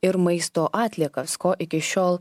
ir maisto atliekas ko iki šiol